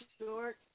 short